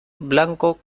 blanco